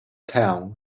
town